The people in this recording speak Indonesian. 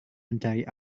mencari